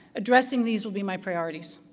addressing these will be my priorities,